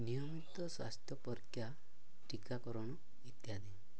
ନିୟମିତ ସ୍ୱାସ୍ଥ୍ୟ ପରୀକ୍ଷା ଟିକାକରଣ ଇତ୍ୟାଦି